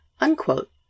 unquote